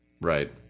Right